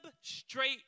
straight